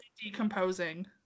decomposing